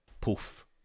poof